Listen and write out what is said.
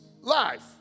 life